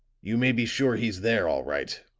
you may be sure he's there, all right.